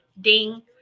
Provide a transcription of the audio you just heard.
ding